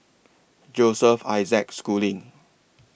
Joseph Isaac Schooling